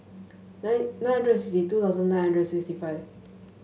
nine nine hundred sixty two thousand nine hundred and seventy five